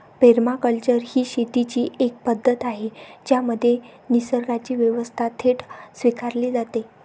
permaculture ही शेतीची एक पद्धत आहे ज्यामध्ये निसर्गाची व्यवस्था थेट स्वीकारली जाते